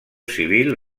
civil